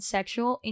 Sexual